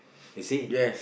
you see